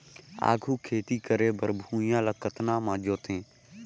आघु खेती करे बर भुइयां ल कतना म जोतेयं?